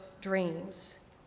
dreams